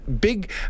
big